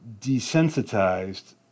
desensitized